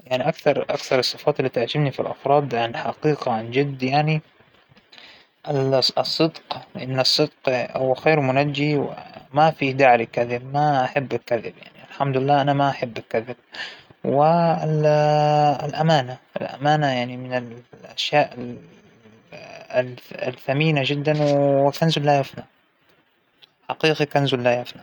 ما بعرف مانى ناقدة فنية ، وما بفهم فهاى الشغلات، ما جريت عنها حتى وما جت تعرضت لموقف إنى أحكم فيه على شى عمل فنى، لكن أعتقد إن الأعمال الفنية ااام- لآزم إنها تكون مساوية لمعايير المجتمع، على الأقل محترمة وفيها رسالة وهادى الشغلات.